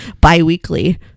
bi-weekly